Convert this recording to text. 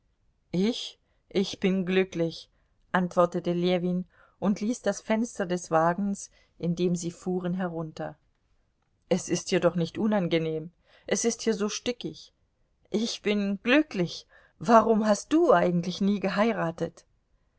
ich ich bin glücklich antwortete ljewin und ließ das fenster des wagens in dem sie fuhren herunter es ist dir doch nicht unangenehm es ist hier so stickig ich bin glücklich warum hast du eigentlich nie geheiratet